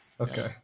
okay